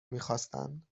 میخواستند